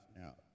Now